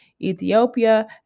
Ethiopia